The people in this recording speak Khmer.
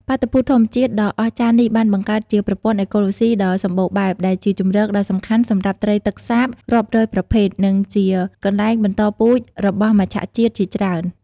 បាតុភូតធម្មជាតិដ៏អស្ចារ្យនេះបានបង្កើតជាប្រព័ន្ធអេកូឡូស៊ីដ៏សម្បូរបែប ដែលជាជម្រកដ៏សំខាន់សម្រាប់ត្រីទឹកសាបរាប់រយប្រភេទ និងជាកន្លែងបន្តពូជរបស់មច្ឆជាតិជាច្រើន។